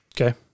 Okay